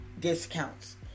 discounts